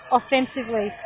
offensively